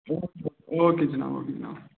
okay جناب okay جناب